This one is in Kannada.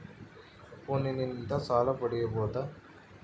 ಫೋನಿನಿಂದ ಸಾಲ ಪಡೇಬೋದ?